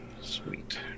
Sweet